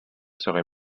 serait